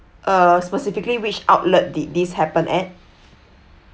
uh specifically which outlet did this happen at